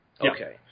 Okay